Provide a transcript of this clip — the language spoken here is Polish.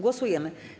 Głosujemy.